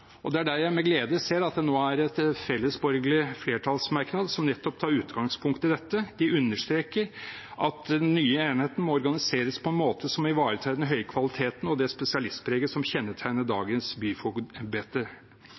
Det er der jeg med glede ser at det nå er en fellesborgerlig merknad som nettopp tar utgangspunkt i dette. De «understreker at den nye enheten må organiseres på en måte som ivaretar den høye kvaliteten og det spesialistpreget som kjennetegner